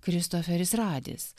kristoferis radis